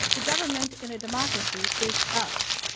the government in a democracy is us.